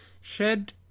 Shed